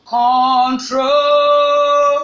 control